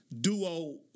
Duo